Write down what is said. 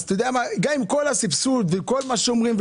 גם עם כל הסבסוד וכל מה שאומרים,